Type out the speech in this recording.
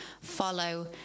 Follow